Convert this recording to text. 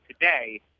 today